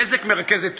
"בזק" מרכזת